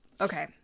Okay